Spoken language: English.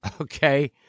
okay